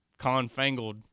confangled